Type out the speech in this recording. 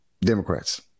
Democrats